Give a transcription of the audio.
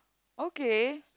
okay